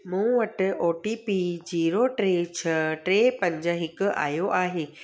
मूं वटि O T P zero टे छह टे पंज हिकु आयो आहे